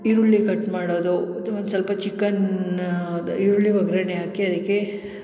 ಈರುಳ್ಳಿ ಕಟ್ ಮಾಡೋದು ಅದು ಒಂದು ಸ್ವಲ್ಪ ಚಿಕನ್ನ ಅದು ಈರುಳ್ಳಿ ಒಗ್ಗರಣೆ ಹಾಕಿ ಅದಕ್ಕೆ